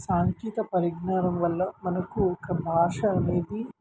సాంకేతిక పరిజ్ఞానం వల్ల మనకు ఒక భాష అనేది